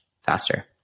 faster